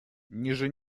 ниже